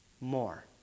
more